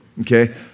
okay